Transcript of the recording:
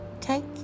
take